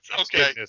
Okay